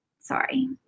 sorry